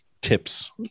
tips